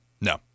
No